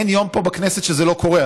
אין יום פה בכנסת שזה לא קורה.